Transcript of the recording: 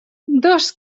dos